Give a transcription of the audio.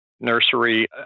nursery